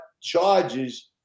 charges